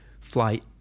Flight